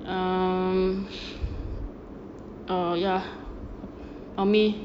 um err ya umi